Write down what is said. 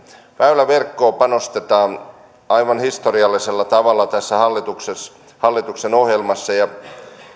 väyläverkkoon panostetaan aivan historiallisella tavalla tässä hallituksen ohjelmassa ja